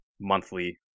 Monthly